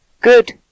Good